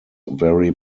very